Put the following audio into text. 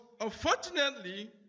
unfortunately